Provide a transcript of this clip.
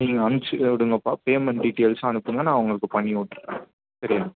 நீங்கள் அனுச்சி விடுங்கப்பா பேமெண்ட் டீடைெயில்ஸ் அனுப்புங்க நான் உங்கள் பண்ணி விட்ருறேன் சரி